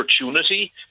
opportunity